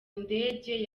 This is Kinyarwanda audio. ndege